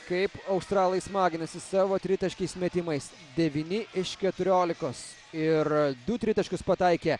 kaip australai smaginasi savo tritaškiais metimais devyni iš keturiolikos ir du tritaškius pataikė